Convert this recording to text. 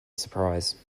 surprise